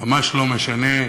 ממש לא משנה,